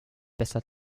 besser